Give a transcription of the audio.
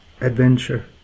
adventure